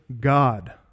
God